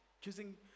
Choosing